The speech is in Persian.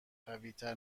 قویتر